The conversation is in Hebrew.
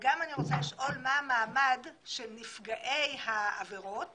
אני גם רוצה לשאול מה המעמד של נפגעי העבירות